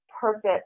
perfect